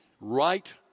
right